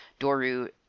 Doru